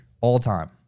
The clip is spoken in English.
all-time